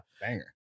Banger